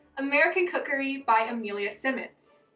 american cookery by amelia simmons.